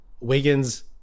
Wiggins